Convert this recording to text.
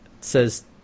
says